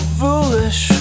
foolish